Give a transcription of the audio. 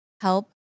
Help